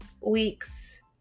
week's